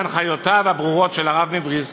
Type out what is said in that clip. בהנחיותיו הברורות של הרב מבריסק.